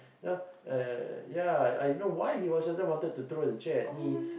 you know ya ya ya ya ya I don't why he was suddenly wanted to throw the chair at me